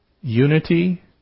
Unity